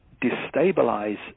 destabilize